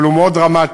אבל הוא מאוד דרמטי.